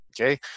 Okay